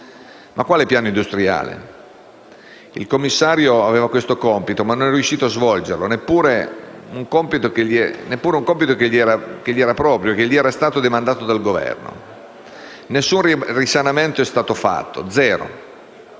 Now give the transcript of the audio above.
Ma quale piano industriale! Il commissario aveva questo compito, ma non è riuscito a svolgerlo (non si trattava neppure di un compito che gli era proprio, in quanto demandato dal Governo). Nessun risanamento è stato fatto - zero